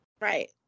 Right